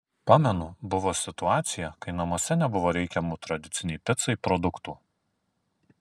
pamenu buvo situacija kai namuose nebuvo reikiamų tradicinei picai produktų